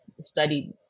studied